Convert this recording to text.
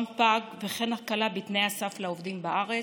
פג וכן הקלה בתנאי הסף לעובדים בארץ,